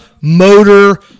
motor